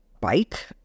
bike